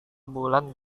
bulan